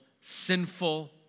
sinful